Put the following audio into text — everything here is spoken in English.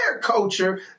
culture